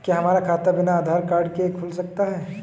क्या हमारा खाता बिना आधार कार्ड के खुल सकता है?